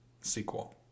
sequel